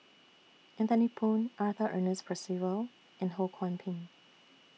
Anthony Poon Arthur Ernest Percival and Ho Kwon Ping